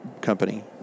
company